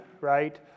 right